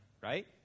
right